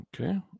Okay